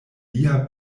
lia